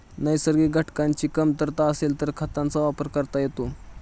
नैसर्गिक घटकांची कमतरता असेल तर खतांचा वापर करता येतो